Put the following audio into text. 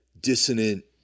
dissonant